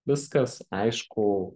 viskas aišku